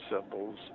symbols